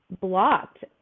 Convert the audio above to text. blocked